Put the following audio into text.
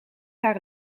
haar